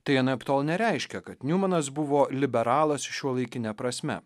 tai anaiptol nereiškia kad niumanas buvo liberalas šiuolaikine prasme